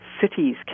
cities